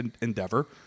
endeavor